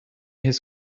his